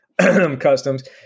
customs